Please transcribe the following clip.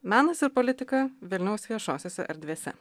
menas ir politika vilniaus viešosiose erdvėse